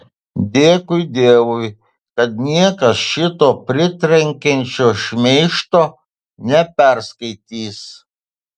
dėkui dievui kad niekas šito pritrenkiančio šmeižto neperskaitys